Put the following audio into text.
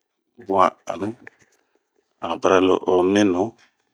Bun a anuu, a bara lo'o minu.